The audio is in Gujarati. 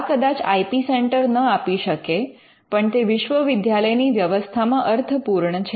આ કદાચ આઇ પી સેન્ટર ન આપી શકે પણ તે વિશ્વવિદ્યાલયની વ્યવસ્થામાં અર્થપૂર્ણ છે